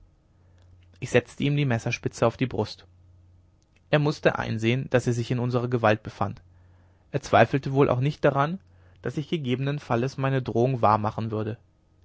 ich setzte ihm die messerspitze auf die brust er mußte einsehen daß er sich in unserer gewalt befand er zweifelte wohl auch nicht daran daß ich gegebenen falles meine drohung wahr machen würde